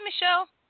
Michelle